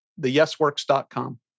Theyesworks.com